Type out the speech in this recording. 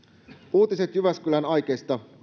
uutiset jyväskylän aikeista